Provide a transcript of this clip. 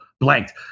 Blanked